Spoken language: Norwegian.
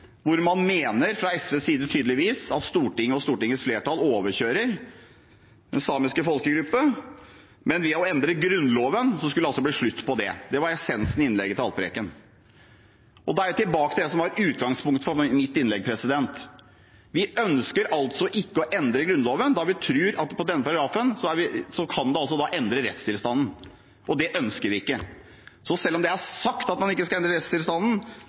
hvor man fra SVs side tydeligvis mener at Stortinget og Stortingets flertall overkjører den samiske folkegruppen, men ved å endre Grunnloven skulle det altså bli slutt på det. Det var essensen i innlegget til Haltbrekken. Da er jeg tilbake til det som var utgangspunktet for mitt innlegg. Vi ønsker ikke å endre Grunnloven, da vi tror at en endring i denne paragrafen kan endre rettstilstanden, og det ønsker vi ikke. Selv om det er sagt at man ikke skal endre rettstilstanden,